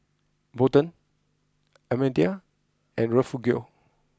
Bolden Almedia and Refugio